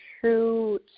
true